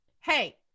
Hey